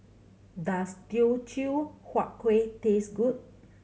does Teochew Huat Kueh taste good